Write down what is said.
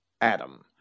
Adam